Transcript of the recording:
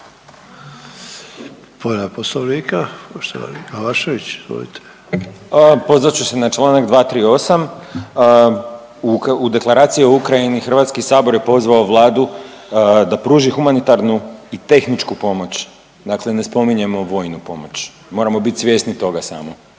**Glavašević, Bojan (Nezavisni)** Pozvat ću se na čl. 238., u Deklaraciji o Ukrajini HS je pozvao Vladu da pruži humanitarnu i tehničku pomoć, dakle ne spominjemo vojnu pomoć, moramo bit svjesni toga samo,